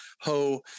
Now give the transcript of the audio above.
ho